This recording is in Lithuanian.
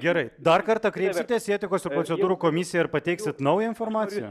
gerai dar kartą kreipsitės į etikos ir procedūrų komisiją ir pateiksit naują informaciją